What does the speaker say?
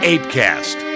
Apecast